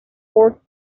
fourth